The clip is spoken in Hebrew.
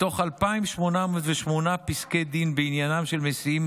מתוך 2,808 פסקי דין בעניינם של מסיעים,